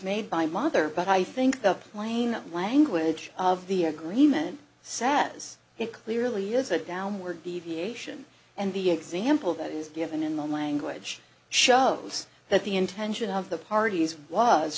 made by mother but i think the plain language of the agreement sad as it clearly is a downward deviation and the example that is given in the language shows that the intention of the parties was